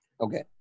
Okay